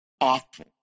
awful